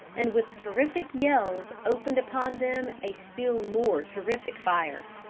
and with terrific yells opened upon them a still more terrific fire.